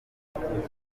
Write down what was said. yanditse